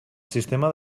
sistema